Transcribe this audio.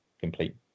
complete